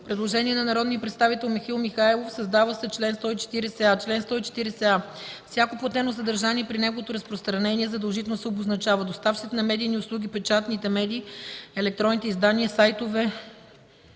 представител Михаил Михайлов: създава се чл. 140а: „Чл. 140а. Всяко платено съдържание при неговото разпространение задължително се обозначава. Доставчиците на медийни услуги – печатните медии, електронни издания/ сайтове